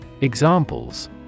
Examples